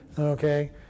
Okay